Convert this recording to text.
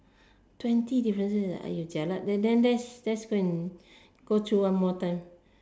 twenty differences ah !aiyo! jialat then then let's go and go through one more time